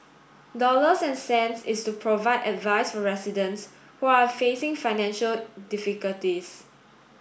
dollars and cents is to provide advice for residents who are facing financial difficulties